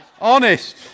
Honest